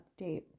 update